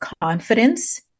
confidence